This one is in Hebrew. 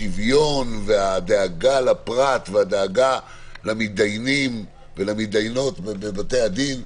השוויון והדאגה לפרט והדאגה למתדיינים ולמתדיינות בבתי הדין,